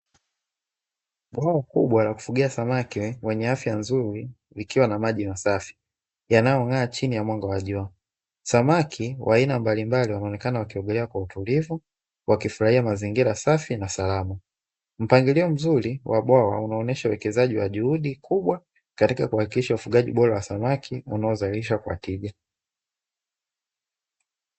Eneo kubwa la kufugia samaki wenye afya nzuri ikiwa na made in sasa yanayong'aa chini ya mboga wajua samaki wa aina mbalimbali wameonekana wakiendelea kwa utulivu wakifurahia mazingira safi na salama mpangilio mzuri wa bwawa unaonesha uwekezaji wa juhudi kubwa katika kuhakikisha ufugaji bora wa samaki unaozalisha kwa tija.